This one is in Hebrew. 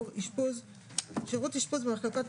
כי הם באמת היוו קושי מבחינה כלכלית למסגרות הגריאטריות.